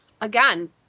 Again